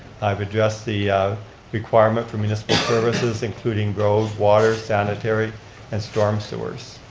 i've addressed the requirement for municipal services, including roads, water, sanitary and storm sewers.